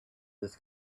his